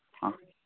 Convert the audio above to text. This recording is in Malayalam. ആ